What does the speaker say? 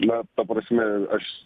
na ta prasme aš